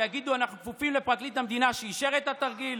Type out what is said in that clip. שיגידו: אנחנו כפופים לפרקליט המדינה שאישר את התרגיל?